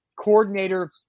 coordinator